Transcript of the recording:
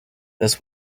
this